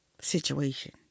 situation